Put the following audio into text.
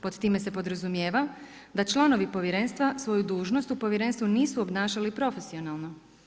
Pod time se podrazumijeva da članovi povjerenstva svoju dužnost u povjerenstvu nisu obnašali profesionalno.